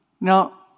Now